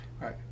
Right